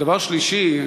דבר שלישי,